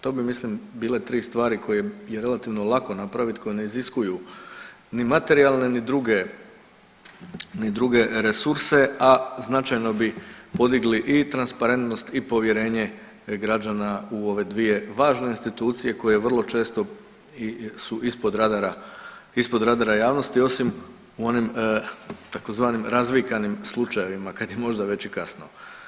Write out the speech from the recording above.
To bi mislim bile 3 stvari koje je relativno lako napraviti koje ne iziskuju ni materijalne, ni druge resurse, a značajno bi podigli i transparentnost i povjerenje građana u ove dvije važne institucije koje vrlo često su i ispod radara, ispod radara javnosti osim u onim tzv. razvikanim slučajevima kad je možda već i kasno.